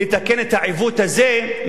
לתקן את העיוות הזה,